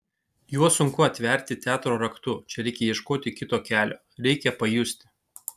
juos sunku atverti teatro raktu čia reikia ieškoti kito kelio reikia pajusti